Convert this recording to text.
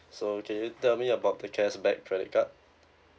so can you tell me about the cashback credit card